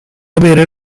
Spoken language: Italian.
avere